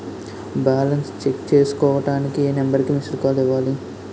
Balance check చేసుకోవటానికి ఏ number కి మిస్డ్ కాల్ ఇవ్వాలి?